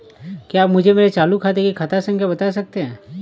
क्या आप मुझे मेरे चालू खाते की खाता संख्या बता सकते हैं?